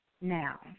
now